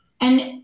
And-